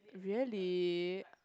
really